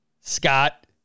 Scott